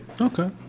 Okay